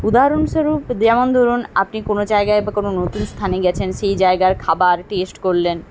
উদাহরণস্বরূপ যেমন ধরুন আপনি কোনো জায়গায় বা কোনো নতুন স্থানে গেছেন সেই জায়গার খাবার টেস্ট করলেন